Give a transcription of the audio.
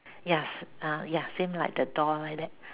ya s~ ah ya same like the door like that